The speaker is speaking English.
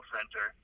Center